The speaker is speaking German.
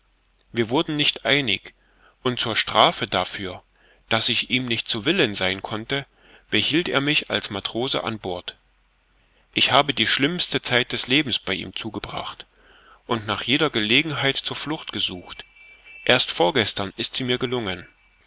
wir wurden nicht einig und zur strafe dafür daß ich ihm nicht zu willen sein konnte behielt er mich als matrose an bord ich habe die schlimmste zeit meines lebens bei ihm zugebracht und nach jeder gelegenheit zur flucht gesucht erst vorgestern ist sie mir gelungen